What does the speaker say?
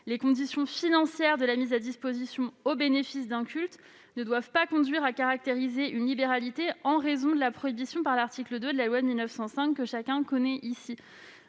Les conditions financières de la mise à disposition au bénéfice d'un culte ne doivent pas conduire à caractériser une libéralité, en raison de la prohibition par l'article 2 de la loi de 1905, que chacun ici connaît.